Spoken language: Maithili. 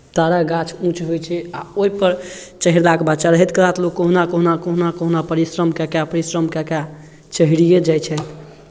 ताड़क गाछ ऊँच होइ छै आ ओहिपर चढ़लाके बाद चढ़ैत कला तऽ लोक कहुना कहुना कहुना कहुना परिश्रम कए कऽ परिश्रम कए कऽ चढ़िए जाइ छथि